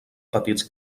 petits